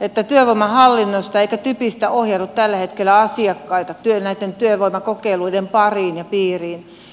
ettei työvoimahallinnosta eikä typistä ohjaudu tällä hetkellä asiakkaita näitten työvoimakokeiluiden pariin ja piiriin